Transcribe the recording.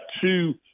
two